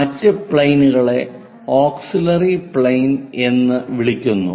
മറ്റ് പ്ലെയിനുകളെ auxiliary plane എന്ന് വിളിക്കുന്നു